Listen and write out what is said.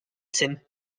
tim